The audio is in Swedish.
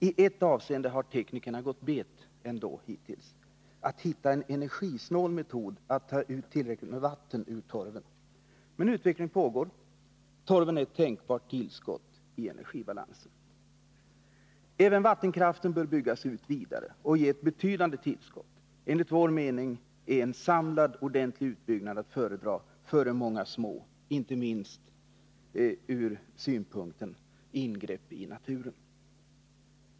I ett avseende har teknikerna ändå hittills gått bet — att hitta en energisnål metod att ta bort tillräckligt med vatten ur torven. Men utvecklingen pågår. Torven är ett tänkbart tillskott i energibalansen. Även vattenkraften bör byggas ut vidare och ge ett betydande tillskott. Enligt vår mening är en samlad, ordentlig utbyggnad att föredra framför många små, inte minst med tanke på ingreppen i naturen.